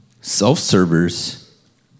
self-servers